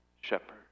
shepherd